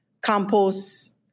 compost